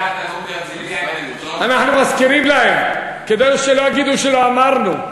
אנחנו מזכירים להם, כדי שלא יגידו שלא אמרנו.